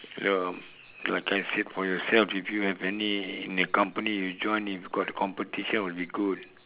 yup like I said for yourself if you have any in the company you join if got competition would be good